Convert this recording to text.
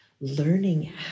learning